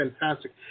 fantastic